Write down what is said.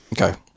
Okay